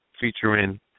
Featuring